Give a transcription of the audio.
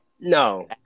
No